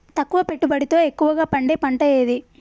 తక్కువ పెట్టుబడితో ఎక్కువగా పండే పంట ఏది?